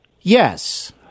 Yes